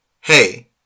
Hey